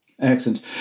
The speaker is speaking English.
Excellent